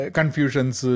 Confusions